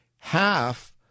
half